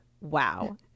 wow